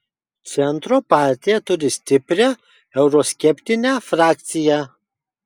centro partija turi stiprią euroskeptinę frakciją